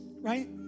right